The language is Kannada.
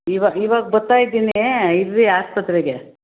ಈವಾಗ ಬರ್ತಾ ಇದ್ದೀನಿ ಇರ್ರಿ ಆಸ್ಪತ್ರೆಗೆ